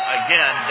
again